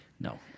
No